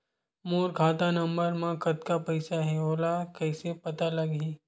मोर खाता नंबर मा कतका पईसा हे ओला कइसे पता लगी?